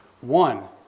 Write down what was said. One